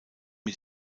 mit